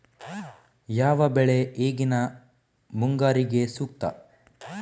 ಯಾವ ಬೆಳೆ ಈಗಿನ ಮುಂಗಾರಿಗೆ ಸೂಕ್ತ?